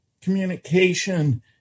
communication